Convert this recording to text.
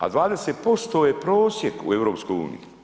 A 20% je prosjek u EU.